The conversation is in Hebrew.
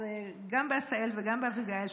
אז גם בעשהאל וגם באביגיל,